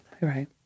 Right